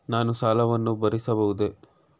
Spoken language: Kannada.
ನಾನು ಸಾಲವನ್ನು ಭರಿಸಬಹುದೇ?